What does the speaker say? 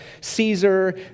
Caesar